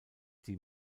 die